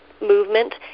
movement